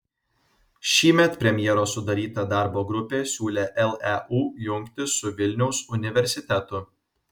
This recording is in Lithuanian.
šįmet premjero sudaryta darbo grupė siūlė leu jungtis su vilniaus universitetu